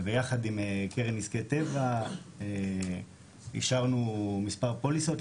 ביחד עם קרן נזקי טבע אישרנו מספר פוליסות,